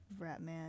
Ratman